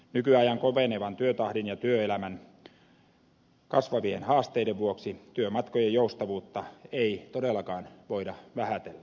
nykyajan kovenevan työtahdin ja työelämän kasvavien haasteiden vuoksi työmatkojen joustavuutta ei todellakaan voida vähätellä